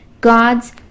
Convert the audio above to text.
God's